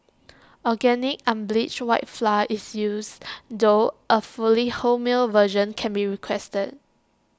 organic unbleached white flour is used though A fully wholemeal version can be requested